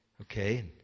Okay